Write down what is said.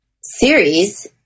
series